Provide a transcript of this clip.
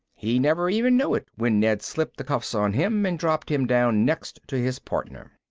he never even knew it when ned slipped the cuffs on him and dropped him down next to his partner.